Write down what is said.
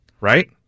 right